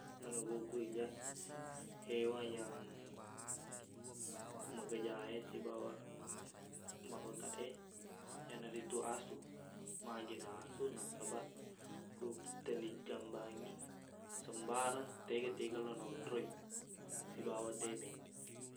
Menurukku iyaq, hewan yang makajaq e sibawa marotak e, iyanaritu asu. Magina asu. Nasabaq, ku telli jambangngi, sembarang tega-tega lo nonroi, sibawa teme.